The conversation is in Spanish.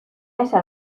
ese